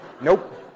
Nope